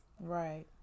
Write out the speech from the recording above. Right